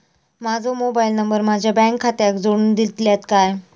माजो mobile number माझ्या bank खात्याक जोडून दितल्यात काय?